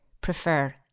prefer